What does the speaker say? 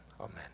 amen